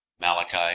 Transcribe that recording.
Malachi